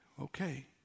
Okay